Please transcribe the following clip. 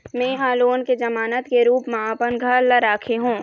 में ह लोन के जमानत के रूप म अपन घर ला राखे हों